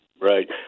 right